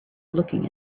looking